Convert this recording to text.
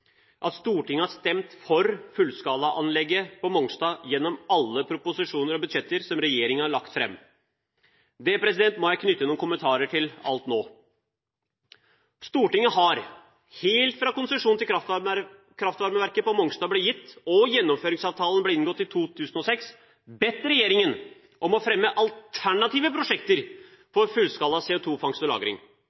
at Stortinget har stemt for fullskalaanlegget på Mongstad gjennom alle proposisjoner og budsjetter som regjeringen har lagt fram. Det må jeg knytte noen kommentarer til alt nå. Stortinget har, helt fra konsesjonen til kraftvarmeverket på Mongstad ble gitt og gjennomføringsavtalen ble inngått i 2006, bedt regjeringen om å få fram alternative prosjekter for fullskala CO2-fangst og